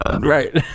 Right